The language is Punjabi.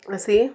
ਅਸੀਂ